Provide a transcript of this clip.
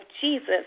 Jesus